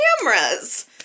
cameras